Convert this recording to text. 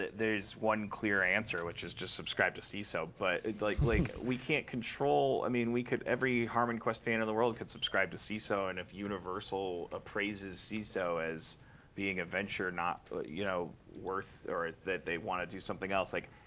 there's one clear answer, which is just subscribe to seeso. but like like we can't control i mean, we could every harmon quest fan in the world could subscribe to seeso, and if universal appraises seeso as being a venture not you know worth or that they want to do something else like,